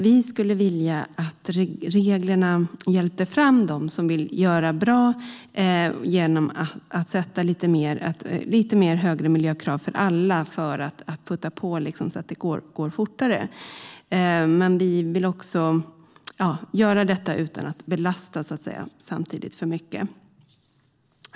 Vi skulle vilja att reglerna hjälpte fram dem som vill göra bra, genom att ställa lite högre miljökrav på alla för att liksom putta på så att det går fortare. Men vi vill göra detta utan att belasta för mycket.